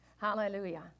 Hallelujah